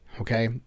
okay